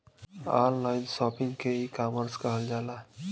online shopping के ecommerce कहल जाला